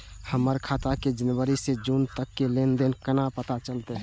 हमर खाता के जनवरी से जून तक के लेन देन केना पता चलते?